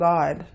God